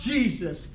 Jesus